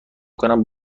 کنم